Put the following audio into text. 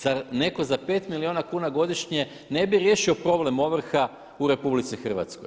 Zar neko za 5 milijuna kuna godišnje ne bi riješio problem ovrha u RH?